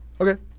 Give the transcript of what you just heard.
Okay